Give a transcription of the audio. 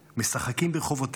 משחקים ברחבותיה".